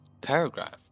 paragraph